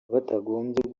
batagombye